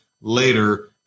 later